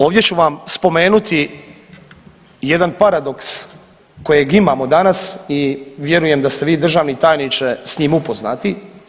Ovdje ću vam spomenuti jedan paradoks kojeg imamo danas i vjerujem da ste vi državni tajniče s njim upoznati.